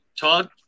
Todd